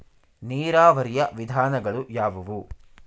ನೀರಾವರಿಯ ವಿಧಾನಗಳು ಯಾವುವು?